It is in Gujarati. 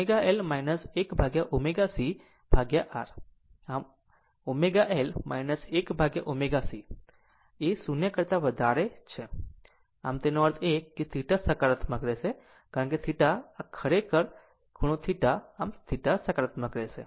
આમ ω L 1 upon ω c એ 0 કરતા વધારે હકારાત્મક છે આમ તેનો અર્થ એ કે θ સકારાત્મક રહેશે કારણ કે θ આ ખરેખર આ ખૂણો ખરેખર θ આમ θ સકારાત્મક રહેશે